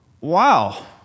Wow